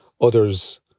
others